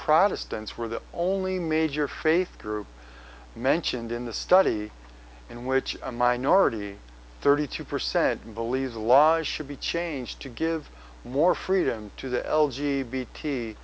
protestants were the only major faith group mentioned in the study in which a minority thirty two percent believe the law should be changed to give more freedom to the l g